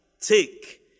take